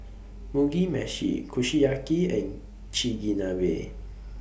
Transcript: Mugi Meshi Kushiyaki and Chigenabe